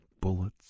bullets